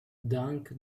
dunk